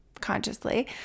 consciously